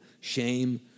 shame